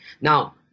Now